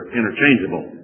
interchangeable